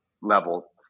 level